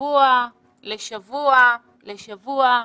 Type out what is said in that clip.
משבוע לשבוע לשבוע,